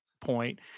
point